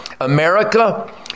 America